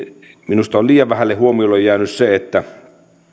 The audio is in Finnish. minusta on liian vähälle huomiolle jäänyt se että